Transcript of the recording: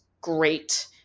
great